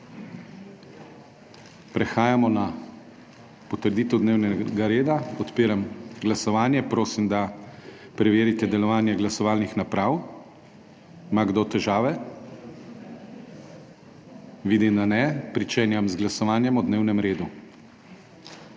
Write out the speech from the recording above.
Prehajamo na potrditev dnevnega reda. Odpiram glasovanje. Prosim, da preverite delovanje glasovalnih naprav. Ima kdo težave? (Ne.) Vidim, da ne. Pričenjam z glasovanjem o dnevnem redu.